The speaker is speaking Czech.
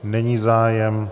Není zájem.